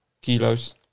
kilos